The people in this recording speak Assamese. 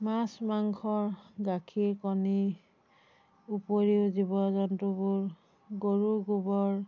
মাছ মাংস গাখীৰ কণীৰ উপৰিও জীৱ জন্তুবোৰ গৰুৰ গোবৰ